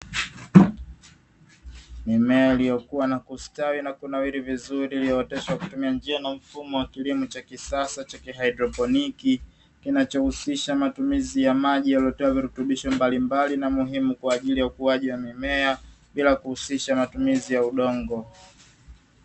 Mimea iliyokua na kustawi na kunawiri vizuri iliyooteshwa kwa kutumia njia na mfumo wa kilimo cha kisasa cha haidroponi, kinachohusisha matumizi ya maji yaliyotiwa virutubisho mbalimbali na muhimu, kwa ajili ya ukuaji wa mimea bila kuhusisha matumizi ya udongo.